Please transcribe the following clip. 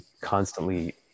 constantly